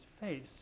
face